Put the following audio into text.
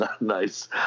nice